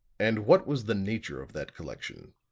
and what was the nature of that collection?